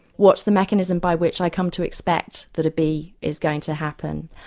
what's the mechanism by which i come to expect that a b is going to happen?